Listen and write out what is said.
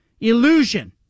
illusion